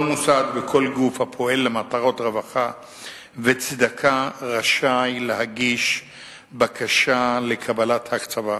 כל מוסד וכל גוף הפועל למטרות רווחה וצדקה רשאי להגיש בקשה לקבלת הקצבה,